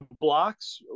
blocks